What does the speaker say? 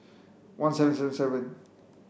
one seven seven seven